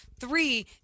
Three